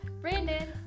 brandon